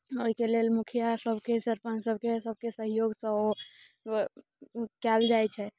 एहिके लेल मुखियासभके सरपंचसभके सभके सहयोगसण ओ कयल जाइत छै